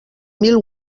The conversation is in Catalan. mil